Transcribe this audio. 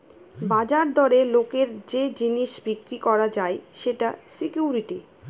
বাজার দরে লোকের যে জিনিস বিক্রি করা যায় সেটা সিকুইরিটি